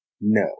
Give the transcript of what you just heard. No